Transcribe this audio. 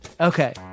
Okay